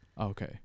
okay